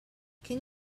can